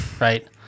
right